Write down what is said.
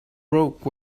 broke